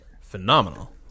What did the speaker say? phenomenal